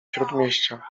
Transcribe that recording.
śródmieścia